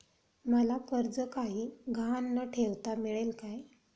मला कर्ज काही गहाण न ठेवता मिळेल काय?